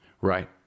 Right